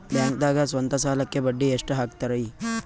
ಬ್ಯಾಂಕ್ದಾಗ ಸ್ವಂತ ಸಾಲಕ್ಕೆ ಬಡ್ಡಿ ಎಷ್ಟ್ ಹಕ್ತಾರಿ?